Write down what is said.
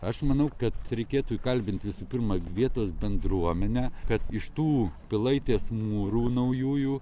aš manau kad reikėtų įkalbint visų pirma vietos bendruomenę kad iš tų pilaitės mūrų naujųjų